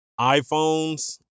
iPhones